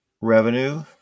revenue